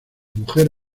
mujer